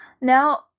Now